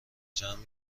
جمع